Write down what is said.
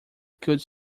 could